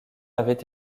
avait